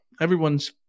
Everyone's